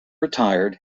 retired